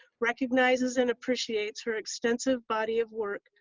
recognizes and appreciates her extensive body of work,